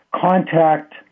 contact